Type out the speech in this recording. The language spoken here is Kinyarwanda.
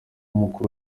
mukuru